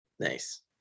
Nice